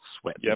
sweat